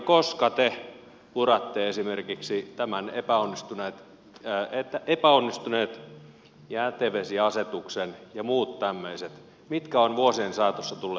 koska te puratte esimerkiksi tämän epäonnistuneen jätevesiasetuksen ja muut tämmöiset mitkä ovat vuosien saatossa tulleet tehdyiksi